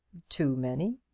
too many?